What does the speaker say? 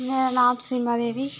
मेरा नाम सीमा देवी